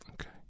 Okay